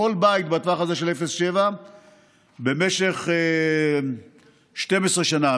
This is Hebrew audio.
לכל בית בטווח הזה של 0 7 במשך 12 שנים,